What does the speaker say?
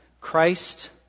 Christ